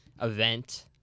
event